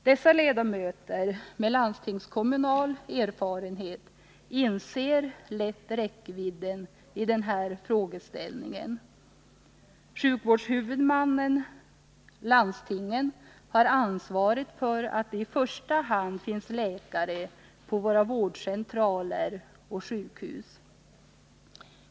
Dessa ledamöter med landstingskommunal erfarenhet inser lätt räckvidden i den här frågeställningen. Sjukvårdshuvudmännen/landstingen har ansvaret för att det i första hand finns läkare på våra vårdcentraler och sjukhus.